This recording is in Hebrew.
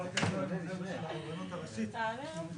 גם לוועדת השלושה וגם ל --- כלומר זה נועד בשביל ש --- נכון,